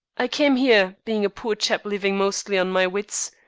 i came here, being a poor chap living mostly on my wits,